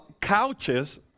couches